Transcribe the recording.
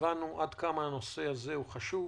הבנו עד כמה הנושא הזה חשוב.